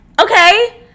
okay